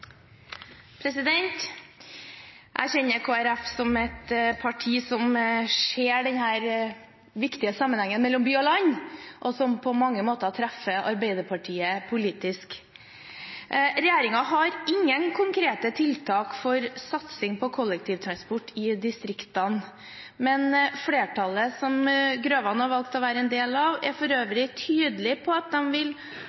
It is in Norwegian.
replikkordskifte. Jeg kjenner Kristelig Folkeparti som et parti som ser den viktige sammenhengen mellom by og land, og som på mange måter treffer Arbeiderpartiet politisk. Regjeringen har ingen konkrete tiltak for satsing på kollektivtransport i distriktene, men flertallet, som Grøvan har valgt å være en del av, er